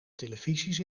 televisies